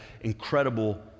incredible